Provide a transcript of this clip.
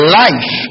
life